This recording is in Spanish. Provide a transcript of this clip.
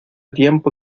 tiempo